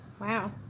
Wow